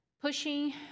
pushing